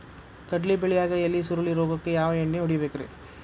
ಕಡ್ಲಿ ಬೆಳಿಯಾಗ ಎಲಿ ಸುರುಳಿ ರೋಗಕ್ಕ ಯಾವ ಎಣ್ಣಿ ಹೊಡಿಬೇಕ್ರೇ?